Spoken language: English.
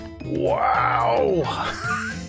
Wow